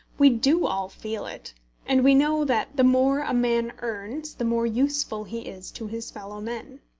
we do all feel it and we know that the more a man earns the more useful he is to his fellow-men.